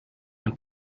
und